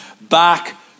back